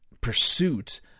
pursuit